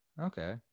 Okay